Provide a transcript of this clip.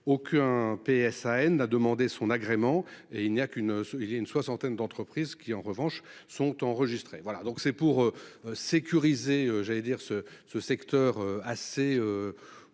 aucun. PSA and a demandé son agrément et il n'y a qu'une, une soixantaine d'entreprises qui en revanche sont enregistrées. Voilà donc c'est pour sécuriser, j'allais dire ce ce secteur assez.